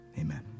Amen